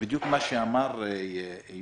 מה שאמרת,